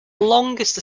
longest